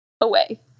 away